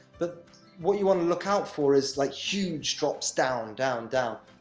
but what you want to look out for is, like, huge drops down, down, down.